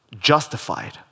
justified